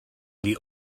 the